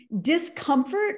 discomfort